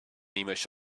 image